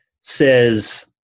says